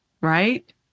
right